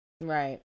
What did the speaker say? Right